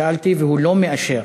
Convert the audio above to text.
שאלתי, והוא לא מאשר